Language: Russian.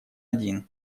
один